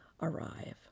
arrive